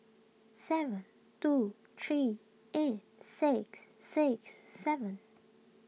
seven two three eight six six seven